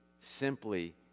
simply